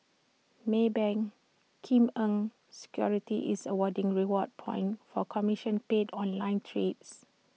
maybank Kim Eng securities is awarding reward points for commission paid online trades